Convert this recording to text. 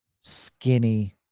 skinny